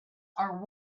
are